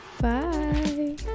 Bye